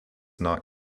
not